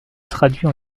traduit